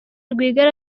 rwigara